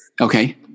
Okay